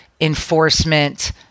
enforcement